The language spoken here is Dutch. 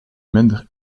minder